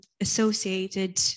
associated